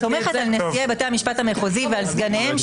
אני סומכת על נשיאי בתי המשפט המחוזי ועל סגניהם,